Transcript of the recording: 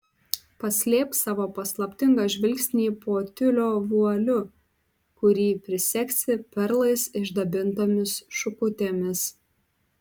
paslėpk savo paslaptingą žvilgsnį po tiulio vualiu kurį prisegsi perlais išdabintomis šukutėmis